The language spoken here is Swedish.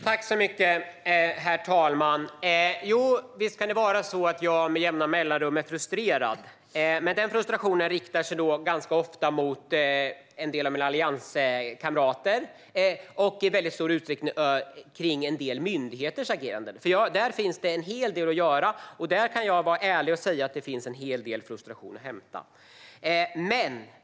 Herr talman! Jo, visst kan det vara så att jag med jämna mellanrum är frustrerad. Men den frustrationen riktar sig ganska ofta mot en del av allianskamraterna och i stor utsträckning mot en del myndigheters agerande, för där finns det en hel del att göra och att känna frustration över.